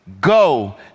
Go